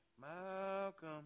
Malcolm